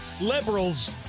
liberals